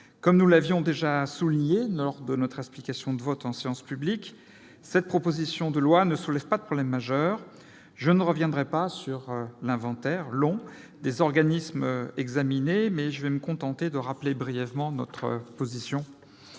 Comme nous l'avions déjà souligné lors de notre explication de vote en séance publique, cette proposition de loi ne soulève pas de problème majeur. Je ne reviendrai pas sur l'inventaire des organismes examinés, me contentant de rappeler brièvement quelle est notre position.